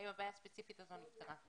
האם הבעיה הספציפית הזאת נפתרה.